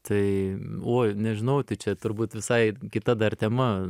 tai oi nežinau tai čia turbūt visai kita dar tema